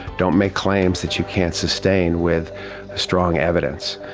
don't make claims that you can't sustain with strong evidence.